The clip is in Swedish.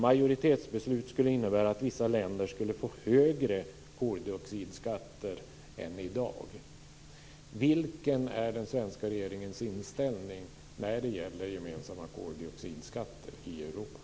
Majoritetsbeslut skulle innebära att vissa länder skulle få högre koldioxidskatter än i dag. Vilken är den svenska regeringens inställning när det gäller gemensamma koldioxidskatter i Europa?